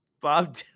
bob